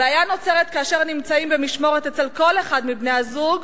הבעיה נוצרת כאשר נמצא במשמורת אצל כל אחד מבני-הזוג